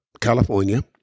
California